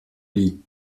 lit